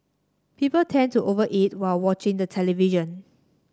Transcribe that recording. people tend to over eat while watching the television